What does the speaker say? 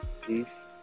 peace